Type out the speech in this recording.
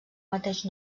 mateix